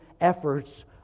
efforts